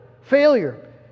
failure